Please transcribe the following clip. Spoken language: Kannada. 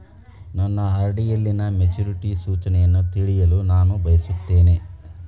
ನನ್ನ ಆರ್.ಡಿ ಯಲ್ಲಿನ ಮೆಚುರಿಟಿ ಸೂಚನೆಯನ್ನು ತಿಳಿಯಲು ನಾನು ಬಯಸುತ್ತೇನೆ